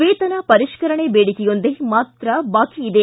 ವೇತನ ಪರಿಷ್ಕರಣೆ ಬೇಡಿಕೆಯೊಂದು ಮಾತ್ರ ಬಾಕಿ ಇದೆ